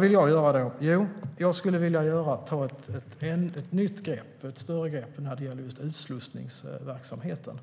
vill då jag göra? Jo, jag skulle vilja ta ett nytt och större grepp när det gäller utslussningsverksamheten.